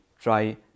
try